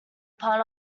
pun